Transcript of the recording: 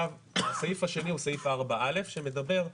הסעיף השני, הוא סעיף 4א', שמדבר,